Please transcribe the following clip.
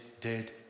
dead